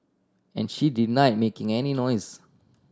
and she deny making any noise